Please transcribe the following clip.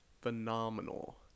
phenomenal